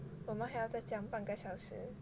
我们还要再讲半个小时